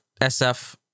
SF